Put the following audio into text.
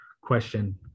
question